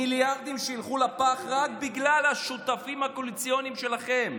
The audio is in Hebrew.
מיליארדים שילכו לפח רק בגלל השותפים הקואליציוניים שלכם.